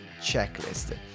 checklist